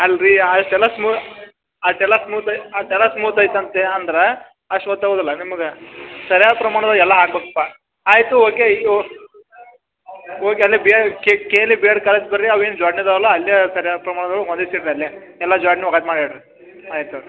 ಅಲ್ರೀ ಅಷ್ಟೆಲ್ಲ ಸ್ಮೂ ಅಷ್ಟೆಲ್ಲ ಸ್ಮೂತ್ ಅಷ್ಟೆಲ್ಲ ಸ್ಮೂತ್ ಐತೆ ಅಂತೆ ಅಂದ್ರಾ ಅಷ್ಟು ಗೊತ್ತಾಗುದಿಲ್ಲ ನಿಮ್ಗೆ ಸರಿಯಾಗಿ ಪ್ರಮಾಣದಲ್ಲಿ ಎಲ್ಲ ಹಾಕಬೇಕಪ್ಪ ಆಯಿತು ಓಕೆ ಇದು ಹೋಗಿ ಅಲ್ಲೆ ಕೇಲಿ ಬಿಯರ್ ಕಳ್ಸ್ ಬರ್ರಿ ಅವೆನ್ ಜೊಡ್ನಿ ಅದವಲ್ಲ ಅಲ್ಲೇ ಸರಿಯಾದ ಪ್ರಮಾಣ ಮಡಿಚಿಡ್ರ ಅಲ್ಲೆ ಎಲ್ಲ ಜೊಡ್ನಿ ವಗಾತ್ ಮಾಡಿ ಇಡ್ರಿ ಆಯಿತು